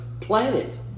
planet